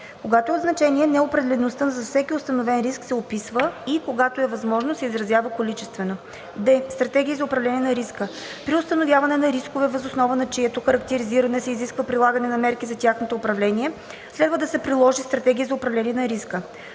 Когато е от значение, неопределеността за всеки установен риск се описва и когато е възможно, се изразява количествено. д) стратегии за управление на риска: При установяване на рискове, въз основа на чието характеризиране се изисква прилагане на мерки за тяхното управление, следва да се предложи стратегия за управление на риска.